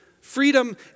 Freedom